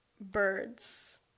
birds